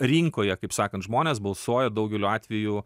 rinkoje kaip sakant žmonės balsuoja daugeliu atvejų